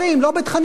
לא בתכנים,